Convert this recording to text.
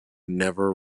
never